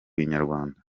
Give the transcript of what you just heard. inyarwanda